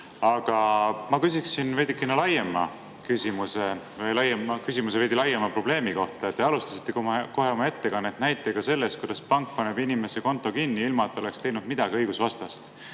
Aga ma küsin veidikene laiema küsimuse või küsimuse veidi laiema probleemi kohta. Te alustasite oma ettekannet selle näitega, kuidas pank paneb inimese konto kinni, ilma et see oleks teinud midagi õigusvastast